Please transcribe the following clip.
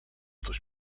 coś